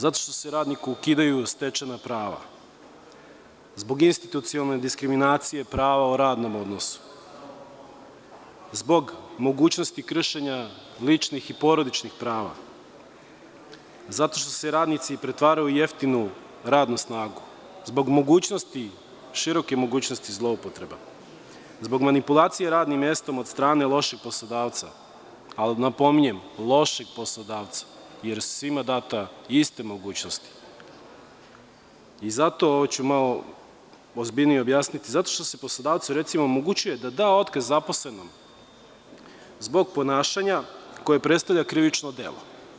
Zato što se radniku ukidaju stečena prava, zbog institucione diskriminacije pravo o radnom odnosu, zbog mogućnosti kršenja ličnih i porodičnih prav, zato što se radnici pretvaraju u jeftinu radnu snagu, zbog mogućnosti, široke mogućnosti zloupotreba, zbog manipulacija radnim mestom od strane lošeg poslodavca, ali napominjem lošeg poslodavca, jer su svima date iste mogućnosti, ovo ću malo ozbiljnije objasniti, zato što se poslodavcu recimo omogućuje da da otkaz zaposlenom zbog ponašanja koje predstavlja krivično delo.